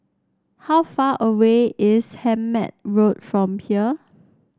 how far away is Hemmant Road from here